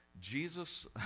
Jesus